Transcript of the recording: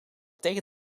tegen